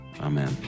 Amen